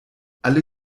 alle